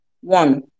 one